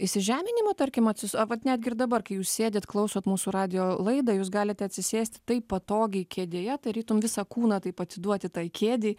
įsižeminimo tarkim atsis a vat netgi ir dabar kai jūs sėdit klausot mūsų radijo laidą jūs galite atsisėst taip patogiai kėdėje tarytum visą kūną taip atiduoti tai kėdei